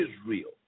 Israel